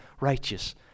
righteous